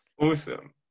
Awesome